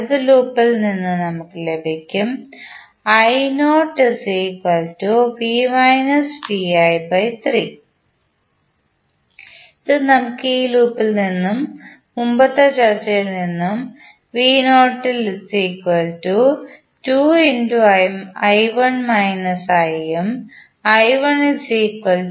വലത് ലൂപ്പിൽ നിന്ന് നമുക്ക് ലഭിക്കും ഇത് നമുക്ക് ഈ ലൂപ്പിൽ നിന്നും മുമ്പത്തെ ചർച്ചയിൽ നിന്നും ഉം